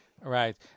Right